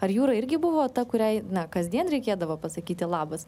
ar jūra irgi buvo ta kuriai na kasdien reikėdavo pasakyti labas